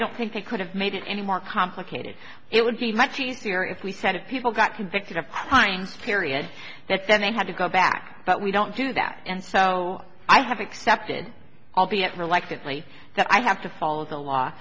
don't think they could have made it any more complicated it would be much easier if we said if people got convicted of crimes period that then they had to go back but we don't do that and so i have accepted albeit reluctantly that i have to follow the law